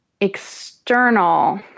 external